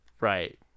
Right